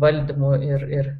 valdymu ir ir